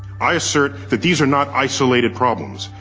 i assert that these are not isolated problems.